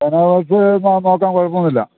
banana puffs ഞാൻ നോക്കാം കുഴപ്പം ഒന്നുമില്ല